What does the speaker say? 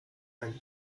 ein